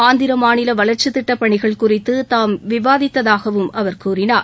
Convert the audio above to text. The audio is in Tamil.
ஆந்திர மாநில வளர்ச்சித் திட்டப் பணிகள் குறித்து தாம் விவாதித்ததாகவும் அவர் கூறினார்